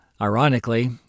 Ironically